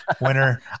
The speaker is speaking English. winner